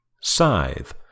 Scythe